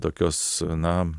tokios na